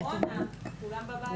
קורונה, כולם בבית.